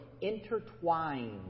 intertwined